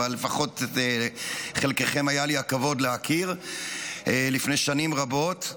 אבל לפחות את חלקכם היה לי הכבוד להכיר לפני שנים רבות.